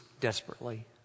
desperately